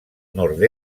nord